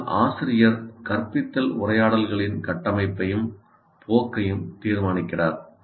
ஆனால் ஆசிரியர் கற்பித்தல் உரையாடல்களின் கட்டமைப்பையும் போக்கையும் தீர்மானிக்கிறார்